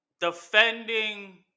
defending